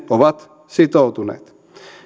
ovat sitoutuneet